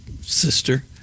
sister